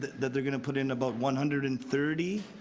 that that they're going to put in about one hundred and thirty,